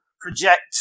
project